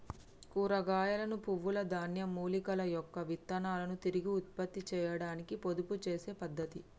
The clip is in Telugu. కూరగాయలను, పువ్వుల, ధాన్యం, మూలికల యొక్క విత్తనాలను తిరిగి ఉత్పత్తి చేయాడానికి పొదుపు చేసే పద్ధతి